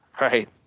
Right